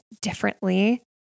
differently